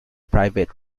private